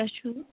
تۄہہِ چھِو